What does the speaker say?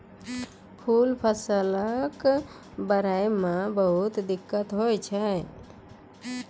मूल फसल कॅ बढ़ै मॅ बहुत दिक्कत होय छै